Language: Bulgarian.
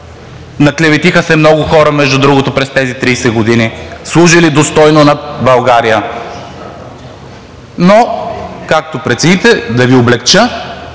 Наклеветиха се много хора, между другото, през тези 30 години, служили достойно на България. Но както прецените. Да Ви облекча